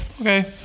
Okay